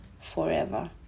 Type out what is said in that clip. forever